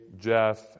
Jeff